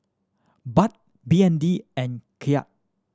Baht B N D and Kyat